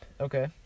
okay